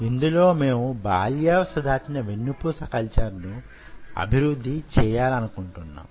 ఇందులో మేము బాల్యావస్థ దాటిన వెన్నుపూస కల్చర్ ను అభివృద్ధి చేయాలనుకుంటున్నాం